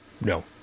no